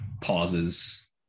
pauses